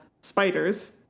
Spiders